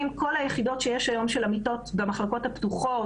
- כל היחידות שיש היום של המיטות במחלקות הפתוחות.